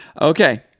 Okay